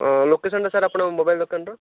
ହଁ ଲୋକେସନ୍ଟା ସାର୍ ଆପଣଙ୍କ ମୋବାଇଲ୍ ଦୋକାନର